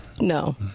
No